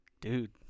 Dude